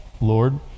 Lord